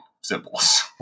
symbols